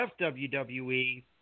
WWE